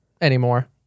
anymore